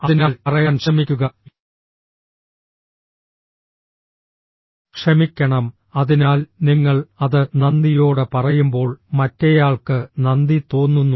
അതിനാൽ പറയാൻ ശ്രമിക്കുക ക്ഷമിക്കണം അതിനാൽ നിങ്ങൾ അത് നന്ദിയോടെ പറയുമ്പോൾ മറ്റേയാൾക്ക് നന്ദി തോന്നുന്നു